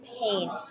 pain